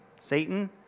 Satan